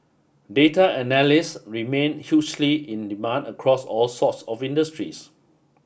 data analysts remain hugely in demand across all sorts of industries